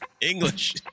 English